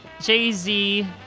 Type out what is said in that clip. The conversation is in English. Jay-Z